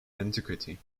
antiquity